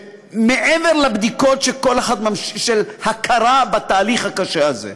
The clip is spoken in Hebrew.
מעבר לבדיקות, להכרה בתהליך הקשה הזה.